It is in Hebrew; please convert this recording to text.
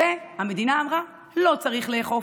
את זה המדינה אמרה שלא צריך לאכוף,